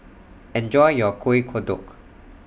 Enjoy your Kueh Kodok